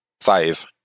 Five